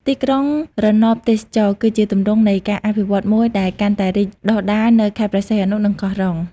ទីក្រុងរណបទេសចរណ៍ គឺជាទម្រង់នៃការអភិវឌ្ឍន៍មួយដែលកាន់តែរីកដុះដាលនៅខេត្តព្រះសីហនុ និងកោះរ៉ុង។